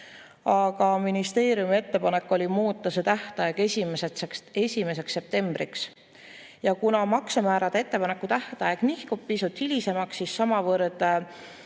aga ministeeriumi ettepanek oli muuta see tähtaeg 1. septembriks. Ja kuna maksemäärade ettepaneku tähtaeg nihkub pisut hilisemaks, siis oli